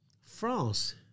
France